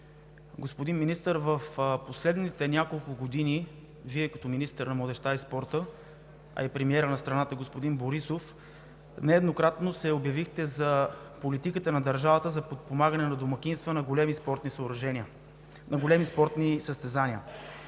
Господин Министър, в последните няколко години Вие като министър на младежта и спорта, а и премиерът на страната господин Борисов, нееднократно се обявихте за политика на държавата за подпомагане на домакинства на големи спортни състезания. В този ред на мисли